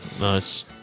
Nice